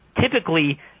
typically